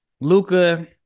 Luca